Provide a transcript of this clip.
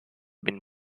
been